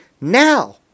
now